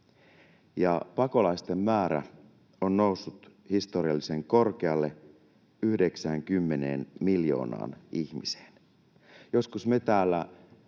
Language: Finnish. pakolaisten määrä on noussut historiallisen korkealle, 90 miljoonaan ihmiseen. Joskus me täällä